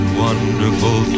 wonderful